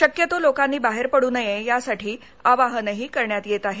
शक्यतो लोकांनी बाहेर पडू नये यासाठी आवाहनही करण्यात येतं